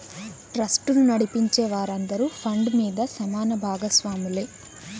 ట్రస్టును నడిపించే వారందరూ ఫండ్ మీద సమాన బాగస్వాములే